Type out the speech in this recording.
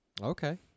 Okay